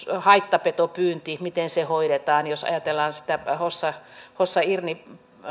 haittapetopyynti miten se hoidetaan jos ajatellaan sitä hossa hossa irnin